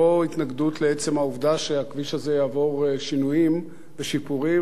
לא התנגדות לעצם העובדה שהכביש הזה יעבור שינויים ושיפורים,